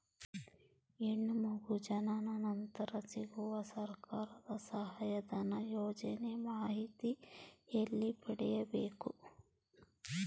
ಹೆಣ್ಣು ಮಗು ಜನನ ನಂತರ ಸಿಗುವ ಸರ್ಕಾರದ ಸಹಾಯಧನ ಯೋಜನೆ ಮಾಹಿತಿ ಎಲ್ಲಿ ಪಡೆಯಬೇಕು?